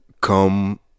come